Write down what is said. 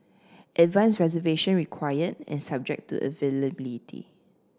advanced reservation required and subject to availability